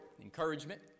encouragement